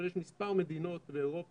אבל יש מספר מדינות באירופה